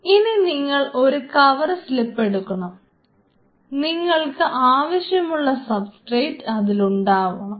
ഇനി നിങ്ങൾ ഒരു കവർ സ്ലിപ്പ് എടുക്കണം നിങ്ങൾക്ക് ആവശ്യമുള്ള സബ്സ്ട്രേറ്റ് അതിൽ ഉണ്ടാവണം